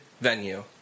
venue